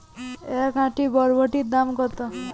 এক আঁটি বরবটির দাম কত?